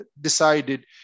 decided